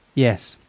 yes,